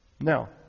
Now